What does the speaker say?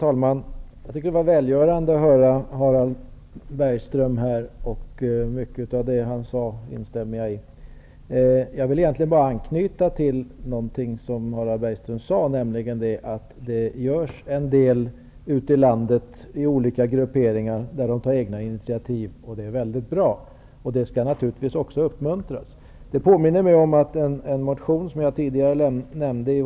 Herr talman! Det var välgörande att höra Harald Bergström. Jag instämmer i mycket av det som han sade. Jag vill egentligen anknyta till det som Harald Bergström sade om att det görs en hel del ute i landet. Det finns olika grupper som tar egna initiativ, och det är väldigt bra. Naturligtvis skall detta uppmuntras. Jag omnämnde en motion i mitt tidigare anförande.